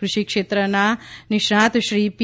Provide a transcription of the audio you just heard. કૃષિ ક્ષેત્રના નિષ્ણાંતશ્રી પી